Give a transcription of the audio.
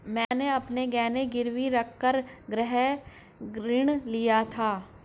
मैंने अपने गहने गिरवी रखकर गृह ऋण लिया था